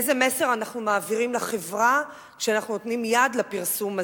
איזה מסר אנחנו מעבירים לחברה כשאנחנו נותנים יד לפרסום הזה?